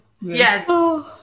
Yes